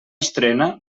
estrena